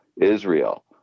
Israel